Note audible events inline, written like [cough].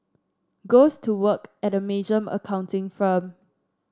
goes to work at a major [unintelligible] accounting firm